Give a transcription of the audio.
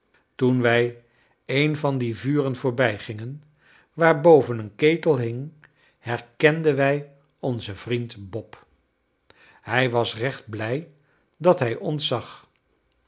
toen wij een van die vuren voorbijgingen waarboven een ketel hing herkenden wij onzen vriend bob hij was recht blij dat hij ons zag